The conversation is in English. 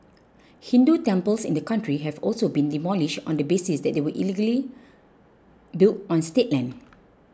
Hindu temples in the country have also been demolished on the basis that they were illegally built on state land